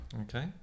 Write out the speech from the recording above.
Okay